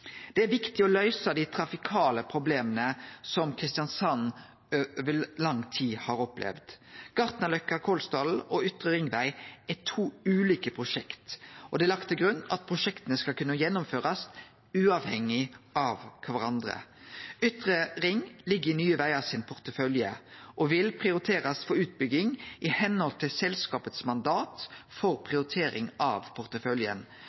Det er viktig å løyse dei trafikale problema som Kristiansand over lang tid har opplevd. Gartnerløkka–Kolsdalen og Ytre ringvei er to ulike prosjekt, og det er lagt til grunn at prosjekta skal kunne gjennomførast uavhengig av kvarandre. Ytre ringvei ligg i Nye Vegar sin portefølje og vil prioriterast for utbygging i samsvar med selskapets mandat for prioritering av porteføljen.